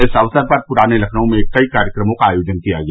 इस अवसर पर प्राने लखनऊ में कई कार्यक्रमों का आयोजन किया गया